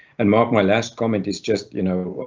and mark, my last comment is just you know,